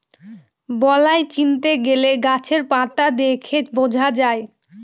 বালাই চিনতে গেলে গাছের পাতা দেখে বোঝা যায়